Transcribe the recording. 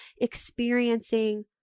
experiencing